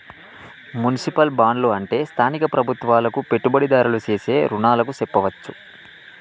municipal బాండ్లు అంటే స్థానిక ప్రభుత్వాలకు పెట్టుబడిదారులు సేసే రుణాలుగా సెప్పవచ్చు